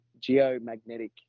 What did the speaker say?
geomagnetic